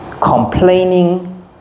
Complaining